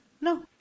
No